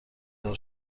دار